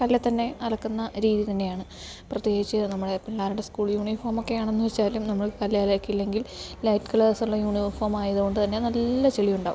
കല്ലിൽത്തന്നെ അലക്കുന്ന രീതി തന്നെയാണ് പ്രത്യേകിച്ച് നമ്മളെ പിള്ളേരുടെ സ്കൂൾ യൂണിഫോമൊക്കെ ആണെന്ന് വെച്ചാലും നമ്മൾ കല്ലിലൊക്കെ അല്ലെങ്കിൽ ലൈറ്റ് കളേഴ്സ് ഉള്ള യൂണിഫോം ആയതുകൊണ്ട് തന്നെ നല്ല ചെളിയുണ്ടാവും